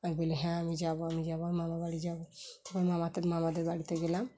আর বলি হ্যাঁ আমি যাবো আমি যাবো আমি মামা বাড়ি যাবো মামাতে মামাদের বাড়িতে গেলাম